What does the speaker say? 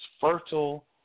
fertile